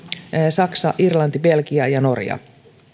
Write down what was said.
saksa irlanti belgia ja norja